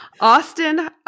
Austin